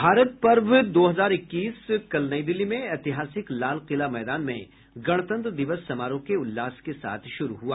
भारत पर्व दो हजार इक्कीस कल नई दिल्ली में ऐतिहासिक लाल किला मैदान में गणतंत्र दिवस समारोह के उल्लास के साथ शुरू हुआ